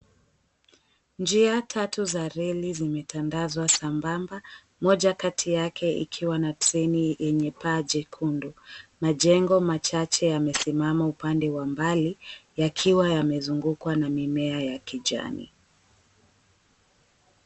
Njia tatu za reli zimetandazwa sambamba, moja kati yake ikiwa na treni yenye paa jekundu. Majengo machache yamesimama upande wa mbali, yakiwa yamezungukwa na mimea ya kijani.